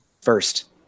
First